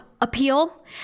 appeal